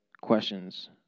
questions